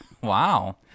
Wow